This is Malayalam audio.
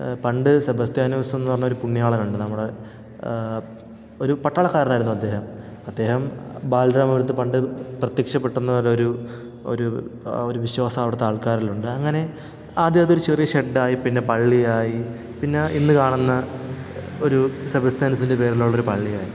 പണ്ട് സെബസ്ത്യാനോസ് എന്ന് പറഞ്ഞ ഒരു പുണ്യാളനുണ്ട് നമ്മുടെ ഒരു പട്ടാളക്കാരനായിരുന്നു അദ്ദേഹം അദ്ദേഹം ബാലരാമപുരത്ത് പണ്ട് പ്രത്യക്ഷപ്പെട്ടോ എന്നോ ഉള്ളൊരു ഒരു ആ ഒരു വിശ്വാസം അവിടുത്തെ ആൾക്കാരിലുണ്ട് അങ്ങനെ ആദ്യം അതൊരു ചെറിയ ഷെഡ്ഡ് ആയി പിന്നെ പള്ളിയായി പിന്നെ ഇന്ന് കാണുന്ന ഒരു സെബസ്ത്യാനോസിൻ്റെ പേരിലുള്ളൊരു പള്ളിയായി